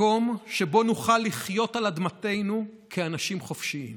מקום שם נוכל לחיות על אדמתנו כאנשים חופשיים,